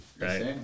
right